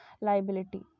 liability